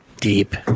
Deep